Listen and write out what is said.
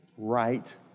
Right